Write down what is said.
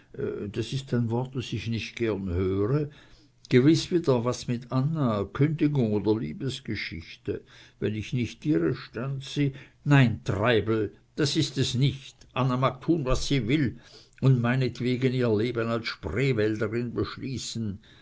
das ist ein wort das ich nicht gern höre gewiß wieder was mit anna kündigung oder liebesgeschichte wenn ich nicht irre stand sie nein treibel das ist es nicht anna mag tun was sie will und meinetwegen ihr leben als spreewälderin beschließen